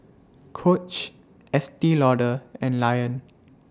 Coach Estee Lauder and Lion